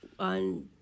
On